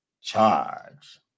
charge